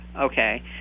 Okay